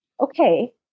okay